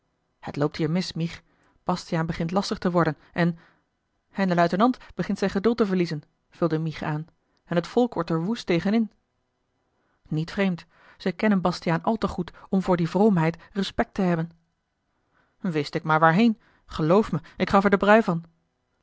het loopt hier mis mich bastiaan begint lastig te worden en en de luitenant begint zijn geduld te verliezen vulde mich aan en t volk wordt er woest tegen in niet vreemd ze kennen bastiaan al te goed om voor die vroomheid respect te hebben wist ik maar waarheen geloof me ik gaf er den brui van